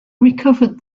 recovered